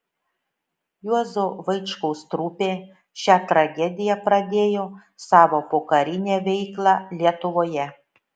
juozo vaičkaus trupė šia tragedija pradėjo savo pokarinę veiklą lietuvoje